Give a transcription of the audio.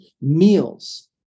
meals